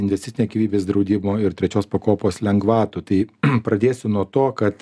investicinio gyvybės draudimo ir trečios pakopos lengvatų tai pradėsiu nuo to kad